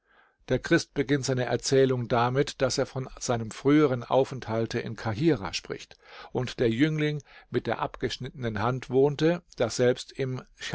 der christ beginnt seine erzählung damit daß er von seinem früheren aufenthalte in kahirah spricht und der jüngling mit der abgeschnittenen hand wohnte daselbst im